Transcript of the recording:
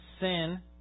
sin